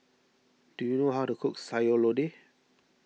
do you know how to cook Sayur Lodeh